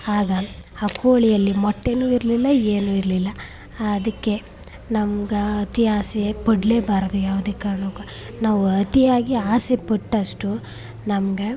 ಆಗ ಆ ಕೋಳಿಯಲ್ಲಿ ಮೊಟ್ಟೆನೂ ಇರಲಿಲ್ಲ ಏನೂ ಇರಲಿಲ್ಲ ಅದಕ್ಕೆ ನಮ್ಗೆ ಅತಿ ಆಸೆ ಪಡ್ಲೇಬಾರದು ಯಾವುದೇ ಕಾರಣಕ್ಕೂ ನಾವು ಅತಿಯಾಗಿ ಆಸೆಪಟ್ಟಷ್ಟು ನಮಗೆ